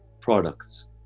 products